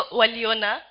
waliona